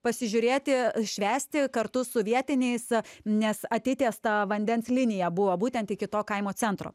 pasižiūrėti švęsti kartu su vietiniais nes atitiesta vandens linija buvo būtent iki to kaimo centro